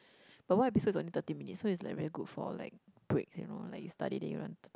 but one episode is only thirty minutes so it's very good for like breaks and all like you study then you want to